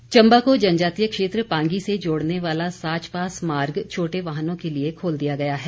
दर्रा चम्बा को जनजातीय क्षेत्र पांगी से जोड़ने वाला साच पास मार्ग छोटे वाहनों के लिए खोल दिया गया है